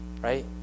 right